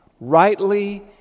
rightly